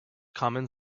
common